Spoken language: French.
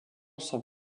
sans